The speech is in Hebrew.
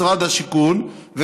משרד השיכון,